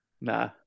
Nah